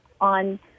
on